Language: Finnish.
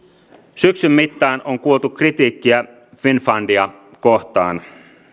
syksyn mittaan on kuultu kritiikkiä finnfundia kohtaan